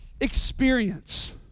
Experience